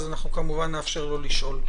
כמובן נאפשר לו לשאול.